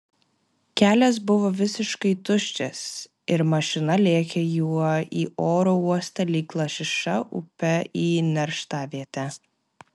kelias buvo visiškai tuščias ir mašina lėkė juo į oro uostą lyg lašiša upe į nerštavietę